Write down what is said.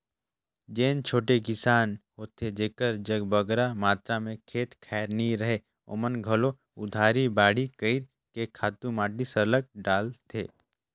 जेन छोटे किसान होथे जेकर जग बगरा मातरा में खंत खाएर नी रहें ओमन घलो उधारी बाड़ही कइर के खातू माटी सरलग डालथें